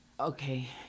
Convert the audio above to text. Okay